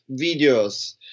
videos